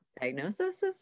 Diagnoses